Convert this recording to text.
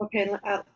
Okay